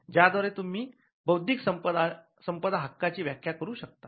ज्याद्वारे तुम्ही ' बौद्धिक संपदा हक्काची ' ची व्याख्या करू शकतात